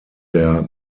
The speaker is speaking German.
der